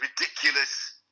ridiculous